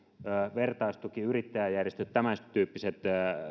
vertaistuki yrittäjäjärjestöt tämäntyyppiset